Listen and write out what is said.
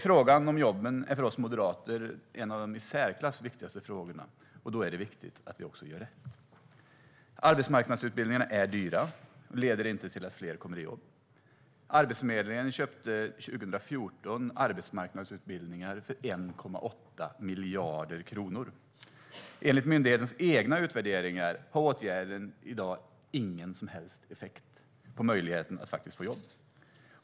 Frågan om jobben är för oss moderater en av de i särklass viktigaste frågorna, och då är det viktigt att vi också gör rätt. Arbetsmarknadsutbildningarna är dyra och leder inte till att fler kommer i jobb. År 2014 köpte Arbetsförmedlingen arbetsmarknadsutbildningar för 1,8 miljarder kronor. Enligt myndighetens egna utvärderingar har åtgärden i dag ingen som helst effekt på möjligheten att få jobb.